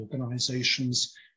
organizations